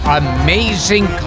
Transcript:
amazing